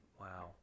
Wow